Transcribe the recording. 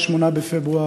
8 בפברואר,